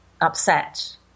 upset